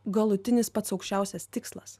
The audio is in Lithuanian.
galutinis pats aukščiausias tikslas